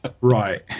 Right